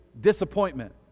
disappointment